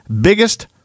biggest